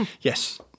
Yes